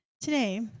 Today